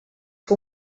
que